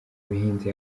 buhinzi